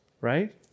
right